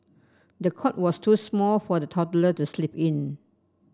the cot was too small for the toddler to sleep in